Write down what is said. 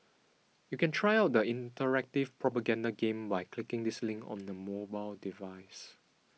you can try out the interactive propaganda game by clicking this link on a mobile device